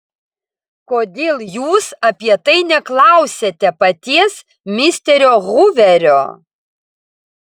kodėl jūs apie tai neklausiate paties misterio huverio